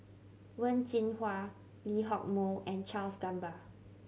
Wen Jinhua Lee Hock Moh and Charles Gamba